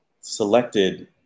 selected